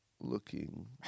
looking